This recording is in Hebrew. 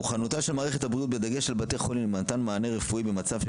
מוכנותה של מערכת הבריאות בדגש על בתי חולים למתן מענה רפואי במצב של